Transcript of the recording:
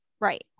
Right